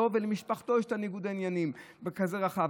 לו ולמשפחתו יש ניגוד עניינים כזה רחב.